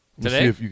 Today